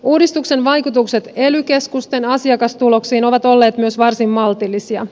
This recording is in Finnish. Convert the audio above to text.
uudistuksen vaikutukset ely keskusten asiakastuloksiin ovat olleet myös varsin maltillisia